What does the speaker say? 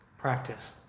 practice